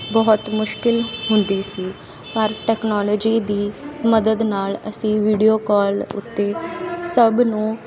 ਬਹੁਤ ਮੁਸ਼ਕਲ ਹੁੰਦੀ ਸੀ ਪਰ ਟੈਕਨੋਲੋਜੀ ਦੀ ਮਦਦ ਨਾਲ ਅਸੀਂ ਵੀਡੀਓ ਕਾਲ ਉੱਤੇ ਸਭ ਨੂੰ